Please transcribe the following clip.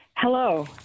Hello